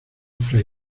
fray